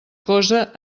cosa